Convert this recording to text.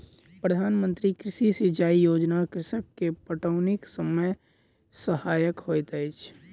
प्रधान मंत्री कृषि सिचाई योजना कृषक के पटौनीक समय सहायक होइत अछि